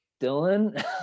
Dylan